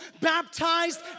baptized